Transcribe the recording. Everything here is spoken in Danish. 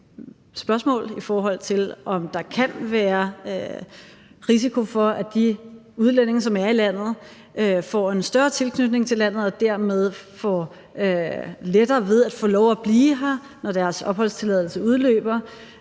her rejst spørgsmål, i forhold til om der kan være risiko for, at de udlændinge, som er i landet, får en større tilknytning til landet og dermed får lettere ved at få lov at blive her, når deres opholdstilladelse udløber,